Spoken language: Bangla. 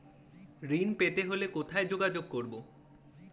ঋণ পেতে হলে কোথায় যোগাযোগ করব?